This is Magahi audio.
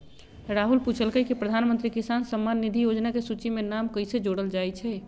राहुल पूछलकई कि प्रधानमंत्री किसान सम्मान निधि योजना के सूची में नाम कईसे जोरल जाई छई